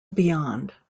beyond